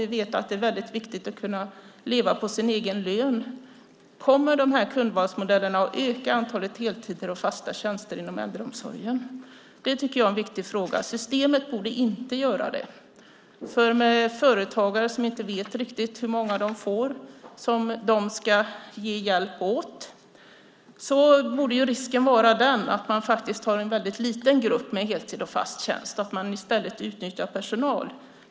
Vi vet att det är väldigt viktigt att kunna leva på sin egen lön. Kommer kundvalsmodellerna att öka antalet heltider och fasta tjänster inom äldreomsorgen? Det tycker jag är en viktig fråga. Systemet borde inte göra det. Med företagare som inte riktigt vet hur många de får som de ska ge hjälp åt borde risken vara att man har en väldigt liten grupp med heltid och fast tjänst och i stället utnyttjar personal.